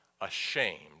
ashamed